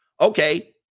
Okay